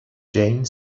jane